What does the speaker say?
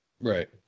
Right